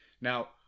Now